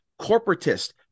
corporatist